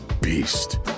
beast